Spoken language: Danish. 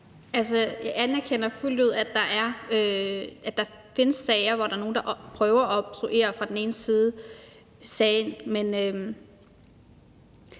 Jeg anerkender fuldt ud, at der findes sager, hvor der er nogle, der prøver at obstruere sagen fra den ene side. Men